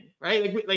right